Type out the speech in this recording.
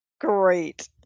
Great